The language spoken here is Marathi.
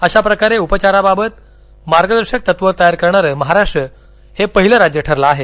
अशा प्रकारे उपचाराबाबत मार्गदर्शक तत्वं तयार करणारं महाराष्ट्र हे पहिलं राज्य ठरलं आहे